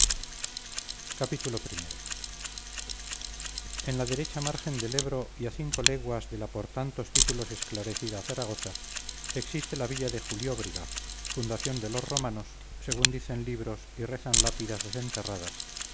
pérez galdós en la derecha margen del ebro y a cinco leguas de la por tantos títulos esclarecida zaragoza existe la villa de julióbriga fundación de romanos según dicen libros y rezan lápidas desenterradas